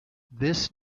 this